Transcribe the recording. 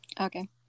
Okay